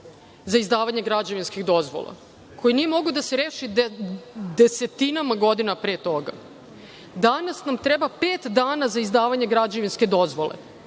za izdavanje građevinskih dozvola koje nije moglo da se reši desetinama godina pre toga. Danas nam treba pet dana za izdavanje građevinske dozvole.